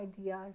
ideas